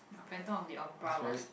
Phantom of the Opera was